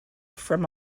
from